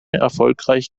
erfolgreich